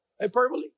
Hyperbole